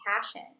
passion